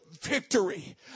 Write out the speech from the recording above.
victory